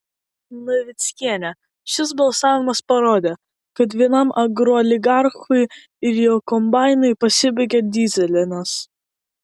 navickienė šis balsavimas parodė kad vienam agrooligarchui ir jo kombainui pasibaigė dyzelinas